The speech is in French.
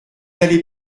allez